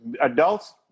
adults